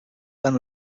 ben